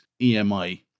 EMI